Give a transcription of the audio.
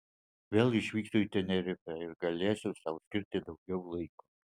vėl išvyksiu į tenerifę ir galėsiu sau skirti daugiau laiko